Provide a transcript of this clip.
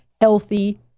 healthy